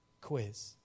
quiz